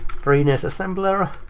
free nes assembler.